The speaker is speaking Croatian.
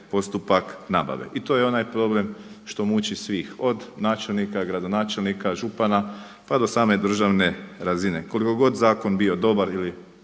postupak nabave i to je onaj problem što muči svih od načelnika, gradonačelnika, župana, pa do same državne razine koliko god zakon bio dobar ili